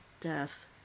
death